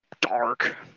dark